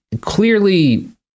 clearly